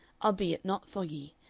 albeit not foggy,